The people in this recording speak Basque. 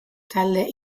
talde